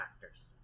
factors